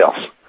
else